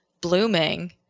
blooming